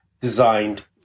designed